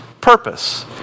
purpose